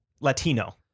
Latino